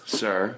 sir